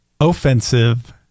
offensive